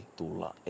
tulla